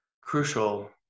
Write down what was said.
crucial